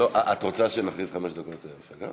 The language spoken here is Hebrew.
את רוצה שנכריז חמש דקות הפסקה?